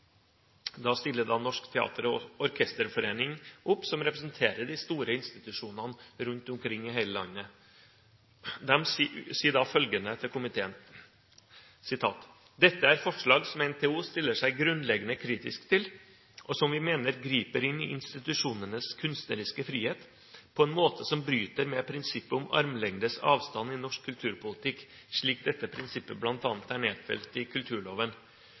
Da stilte Norsk teater- og orkesterforening opp. De representerer de store institusjonene rundt omkring i hele landet, og de sier følgende til komiteen: «Dette er forslag som NTO stiller seg grunnleggende kritisk til, og som vi mener griper inn i institusjonenes kunstneriske frihet på en måte som bryter med prinsippet om armlengdes avstand i norsk kulturpolitikk, slik dette prinsippet bl.a. er nedfelt i kulturloven.»